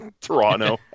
Toronto